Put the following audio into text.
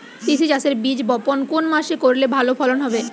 তিসি চাষের বীজ বপন কোন মাসে করলে ভালো ফলন হবে?